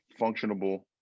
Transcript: functionable